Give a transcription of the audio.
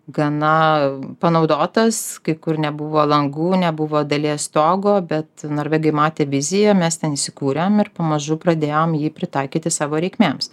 gana panaudotas kai kur nebuvo langų nebuvo dalies stogo bet norvegai matė viziją mes ten įsikūrėm ir pamažu pradėjom jį pritaikyti savo reikmėms